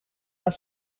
are